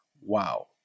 Wow